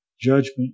Judgment